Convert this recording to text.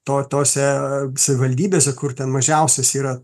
to tose savivaldybėse kur ten mažiausias yra